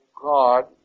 God